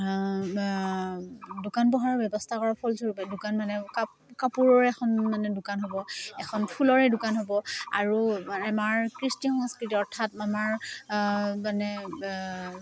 দোকান পোহাৰৰ ব্যৱস্থা কৰাৰ ফলস্বৰূপে দোকান মানে কাপোৰৰে এখন মানে দোকান হ'ব এখন ফুলৰে দোকান হ'ব আমাৰ কৃষ্টি সংস্কৃতি অৰ্থাৎ আমাৰ মানে